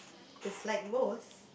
dislike most